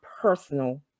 personal